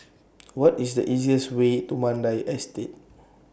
What IS The easiest Way to Mandai Estate